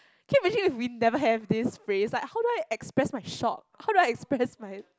can you imagine if we never have this phrase like how do I express my shock how do I express my